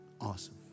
Awesome